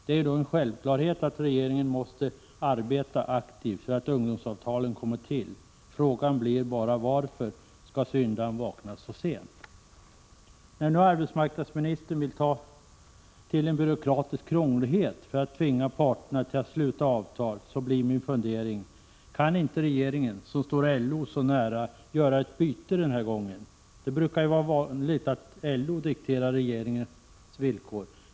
Det är en självklarhet att regeringen måste arbeta aktivt för att ungdomsavtalen kommer till. Frågan blir bara: Varför skall syndaren vakna så sent? När nu arbetsmarknadsministern vill ta till en byråkratisk krånglighet för att tvinga parterna till att sluta avtal, blir min fundering: Kan inte regeringen, som står LO så nära, göra ett byte den här gången? Det brukar ju vara så att LO dikterar regeringens villkor.